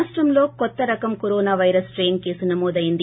రాష్టంలో కొత్తరకం corona virus strain case నమోదైంది